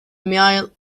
mile